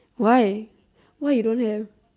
why why you don't have